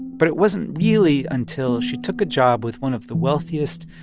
but it wasn't really until she took a job with one of the wealthiest,